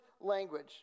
language